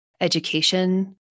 education